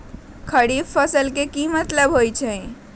खरीफ फसल के की मतलब होइ छइ?